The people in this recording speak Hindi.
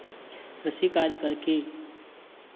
कृषि कार्य करके